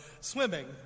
swimming